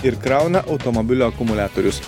ir krauna automobilio akumuliatorius